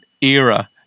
era